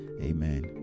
Amen